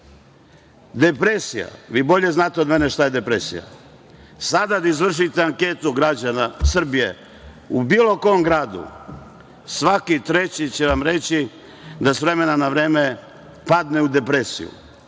civili. Depresija. Vi bolje znate od mene šta je depresija. Sada da izvršite anketu građana Srbije u bilo kom gradu, svaki treći će vam reći da s vremena na vreme padne u depresiju,